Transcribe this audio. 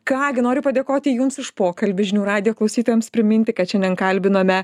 ką gi noriu padėkoti jums už pokalbį žinių radijo klausytojams priminti kad šiandien kalbinome